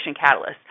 catalyst